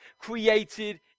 created